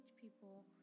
people